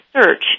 search